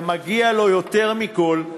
ומגיע לו יותר מכול,